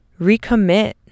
recommit